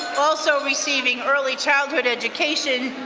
also receiving early childhood education,